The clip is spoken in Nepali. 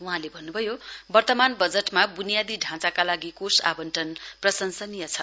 वहाँले भन्नुभयो वर्तमान वजटमा ब्नियादी ढाँचाका लागि कोष आवटंन प्रशांसनीय छ